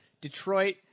Detroit